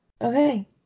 Okay